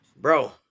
Bro